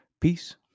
Peace